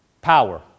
power